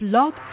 Blog